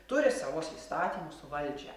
turi savus įstatymus valdžią